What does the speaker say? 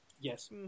Yes